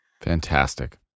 Fantastic